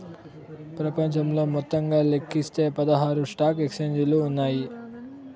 ప్రపంచంలో మొత్తంగా లెక్కిస్తే పదహారు స్టాక్ ఎక్స్చేంజిలు ఉన్నాయి